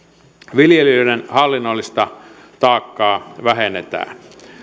viljelijöiden hallinnollista taakkaa vähennetään